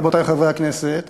רבותי חברי הכנסת,